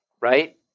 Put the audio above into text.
right